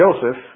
Joseph